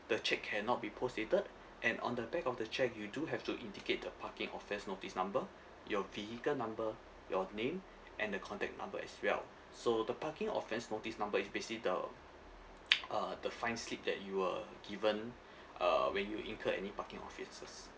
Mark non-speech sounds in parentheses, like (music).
the cheque cannot be postdated and on the back of the cheque you do have to indicate the parking offence notice number your vehicle number your name and the contact number as well so the parking offence notice number is basically the (noise) uh the fine slip that you were given uh when you incur any parking offences